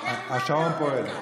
השעון פועל.